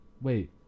wait